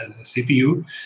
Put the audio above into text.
CPU